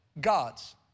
gods